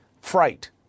fright